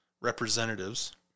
representatives